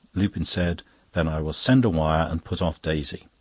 lupin said then i will send a wire, and put off daisy.